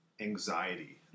anxiety